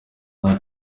nta